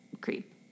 creep